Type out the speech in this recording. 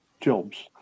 jobs